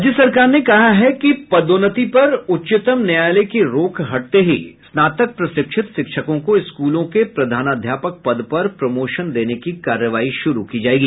राज्य सरकार ने कहा है कि पदोन्नति पर उच्चतम न्यायालय की रोक हटते ही स्नातक प्रशिक्षित शिक्षकों को स्कूलों के प्रधानाध्यापक पद पर प्रमोशन देने की कार्रवाई शुरु की जायेगी